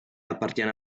appartiene